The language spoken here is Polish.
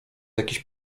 jakiś